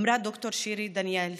אמרה ד"ר שירי דניאלס,